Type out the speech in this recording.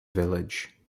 village